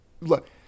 Look